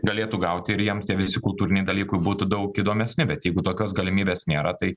galėtų gauti ir jiems tie visi kultūriniai dalykai būtų daug įdomesni bet jeigu tokios galimybės nėra tai